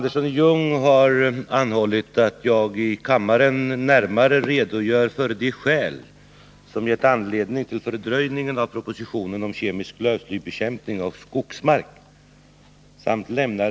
Enligt uppgift kommer inte regeringen att under våren lägga fram någon proposition om kemisk lövslybekämpning av skogsmark.